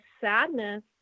sadness